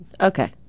Okay